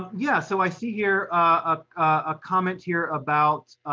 yeah, so i see here a ah comment here about,